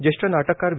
ज्येष्ठ नाटककार वि